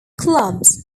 clubs